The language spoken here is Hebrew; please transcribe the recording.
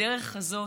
בדרך הזאת.